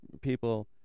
people